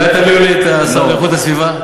אולי תביאו לי את השר לאיכות הסביבה?